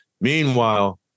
Meanwhile